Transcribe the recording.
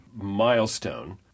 milestone